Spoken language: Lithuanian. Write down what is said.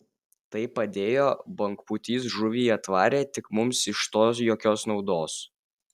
tai padėjo bangpūtys žuvį atvarė tik mums iš to jokios naudos